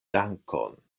dankon